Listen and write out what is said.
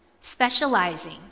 Specializing